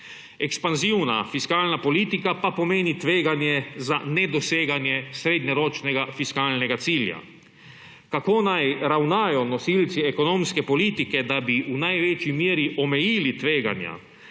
Ekspanzivna fiskalna politika pa pomeni tveganje za nedoseganje srednjeročnega fiskalnega cilja. Kako naj ravnajo nosilci ekonomske politike, da bi v največji meri omejili tveganja?